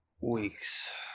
weeks